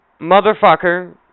Motherfucker